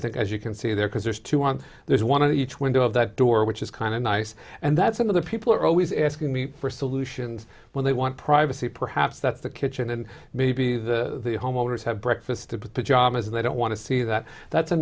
think as you can see there because there's two on there's one of the each window that door which is kind of nice and that some of the people are always asking me for solutions when they want privacy perhaps that's the kitchen and maybe the homeowners have breakfast pajamas and they don't want to see that that's a